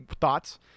thoughts